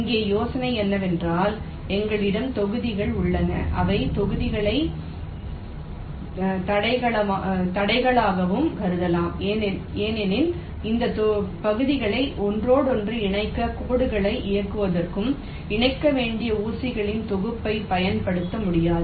இங்கே யோசனை என்னவென்றால் எங்களிடம் தொகுதிகள் உள்ளன இந்த தொகுதிகளை தடைகளாகவும் கருதலாம் ஏனெனில் அந்த பகுதிகளை ஒன்றோடொன்று இணைக்க கோடுகளை இயக்குவதற்கும் இணைக்க வேண்டிய ஊசிகளின் தொகுப்பையும் பயன்படுத்த முடியாது